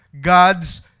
God's